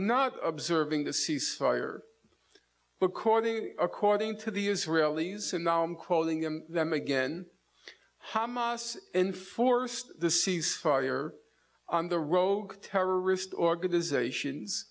not observing the cease fire but according according to the israelis and now i'm quoting him them again hamas enforced the cease fire on the rogue terrorist organizations